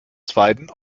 zweiten